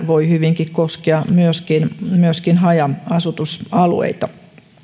voi hyvinkin koskea myöskin myöskin haja asutusalueita